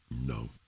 No